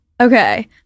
Okay